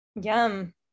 yum